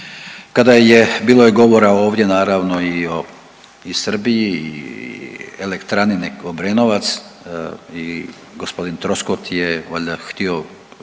Kada je, bilo je govora ovdje naravno i o Srbiji i elektrani Obrenovac i gospodin Troskot je valjda htio